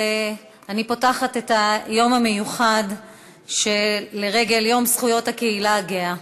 ואני פותחת את היום המיוחד לרגל יום זכויות הקהילה הגאה.